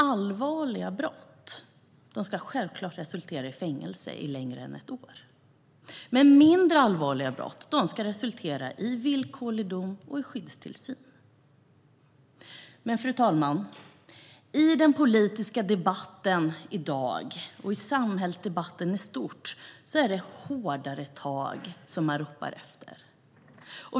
Allvarliga brott ska självklart resultera i fängelse i mer än ett år, men mindre allvarliga brott ska resultera i villkorlig dom och skyddstillsyn. Fru talman! I den politiska debatten i dag, och i samhällsdebatten i stort, är det dock hårdare tag man ropar efter.